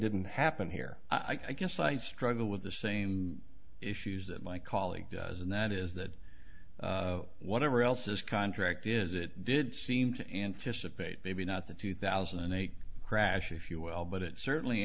didn't happen here i guess i struggle with the same issues that my colleague does and that is that whatever else this contract is it did seem to end fisher paid maybe not the two thousand and eight crash if you will but it certainly